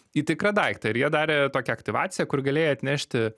į tikrą daiktą ir jie darė tokią aktyvaciją kur galėjai atnešti